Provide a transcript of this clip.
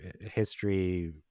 history